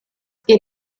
geht